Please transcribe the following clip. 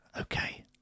Okay